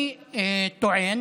אני טוען